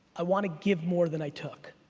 i want to give more than i took.